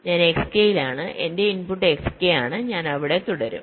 ഞാൻ Xk ലാണ് എന്റെ ഇൻപുട്ട് Xk ആണ് ഞാൻ അവിടെ തുടരും